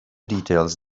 details